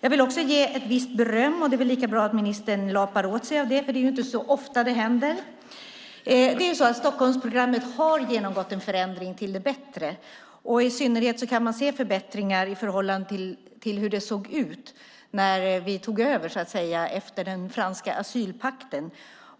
Jag vill också ge visst beröm. Det är väl lika bra att ministern lapar åt sig av det; det är ju inte så ofta det händer. Stockholmsprogrammet har genomgått en förändring till det bättre. Man kan särskilt se förbättringar i förhållande till hur det såg ut när vi tog över efter den franska asylpakten.